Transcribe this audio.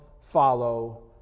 follow